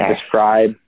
describe